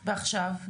ועכשיו,